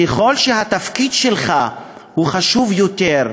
ככל שהתפקיד שלך חשוב יותר,